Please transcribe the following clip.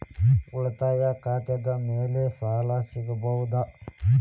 ಉಳಿತಾಯ ಖಾತೆದ ಮ್ಯಾಲೆ ಸಾಲ ಸಿಗಬಹುದಾ?